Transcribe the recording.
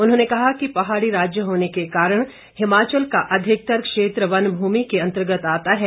उन्होंने कहा कि पहाड़ी राज्य होने के कारण हिमाचल का अधिकतर क्षेत्र वन भूमि के अंतर्गत आता है